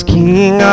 King